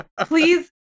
Please